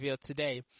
Today